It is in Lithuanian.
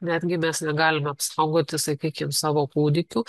netgi mes negalime apsaugoti sakykim savo kūdikių